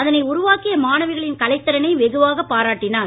அதனை உருவாக்கிய மாணவிகளின் கலைத் திறனை வெகுவாக பாராட்டினார்